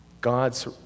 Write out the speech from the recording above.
God's